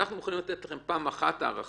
אנחנו מוכנים לתת לכם פעם אחת הארכה,